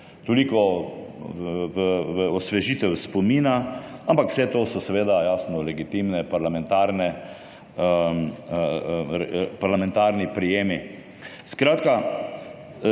Toliko v osvežitev spomina, ampak vse to so seveda jasno legitimne parlamentarni prijemi. Zakon